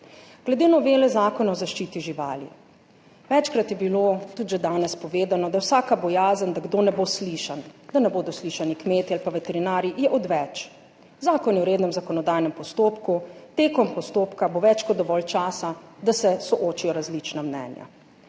Glede novele Zakona o zaščiti živali. Večkrat je bilo tudi že danes povedano, da vsaka bojazen, da kdo ne bo slišan, da ne bodo slišani kmetje ali pa veterinarji, je odveč. Zakon je v rednem zakonodajnem postopku, tekom postopka bo več kot dovolj časa, da se soočijo različna mnenja,